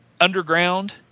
underground